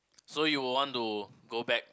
so you would want to go back